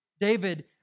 David